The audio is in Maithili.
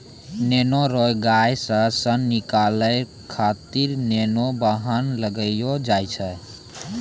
नेमो रो गाछ से सन निकालै खातीर नेमो बगान लगैलो जाय छै